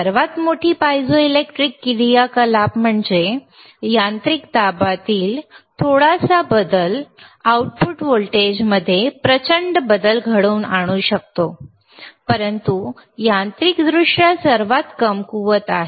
सर्वात मोठी पायझोइलेक्ट्रिक क्रियाकलाप म्हणजे यांत्रिक दाबातील थोडासा बदल आउटपुट व्होल्टेजमध्ये प्रचंड बदल घडवून आणू शकतो परंतु यांत्रिकदृष्ट्या सर्वात कमकुवत आहे